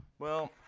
well,